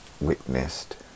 witnessed